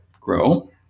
grow